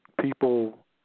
people